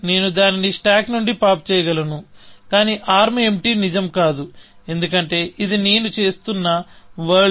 నేను దానిని స్టాక్ నుండి పాప్ చేయగలను కాని ఆర్మ్ ఎంప్టీ నిజం కాదు ఎందుకంటే ఇది నేను చూస్తున్నవరల్డ్